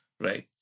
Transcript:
right